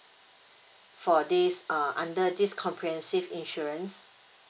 for this uh under this comprehensive insurance